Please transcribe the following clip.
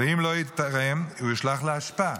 ואם לא ייתרם הוא יושלך לאשפה.